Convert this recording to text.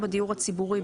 התשנ"ו-1996,